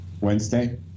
Wednesday